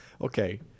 Okay